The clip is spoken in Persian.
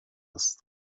است